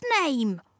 name